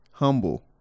Humble